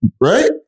right